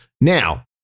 Now